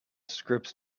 scripts